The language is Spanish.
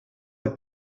ada